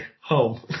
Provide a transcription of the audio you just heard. home